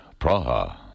Praha